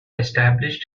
established